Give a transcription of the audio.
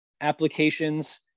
applications